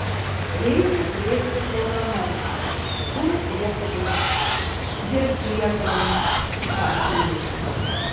reikia plėsti programas kurk lietuvai dirbk lietuvai sakė jis